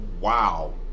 Wow